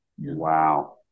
wow